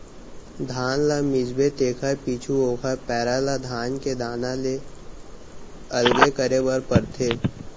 धान ल मिसबे तेकर पीछू ओकर पैरा ल धान के दाना ले अलगे करे बर परथे